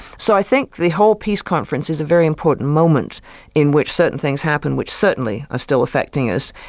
so i think the whole peace conference is a very important moment in which certain things happened, which certainly are still affecting us.